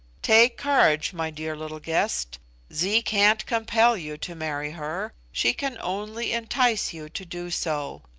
take courage, my dear little guest zee can't compel you to marry her. she can only entice you to do so.